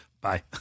bye